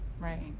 right